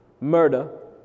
murder